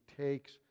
takes